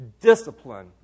discipline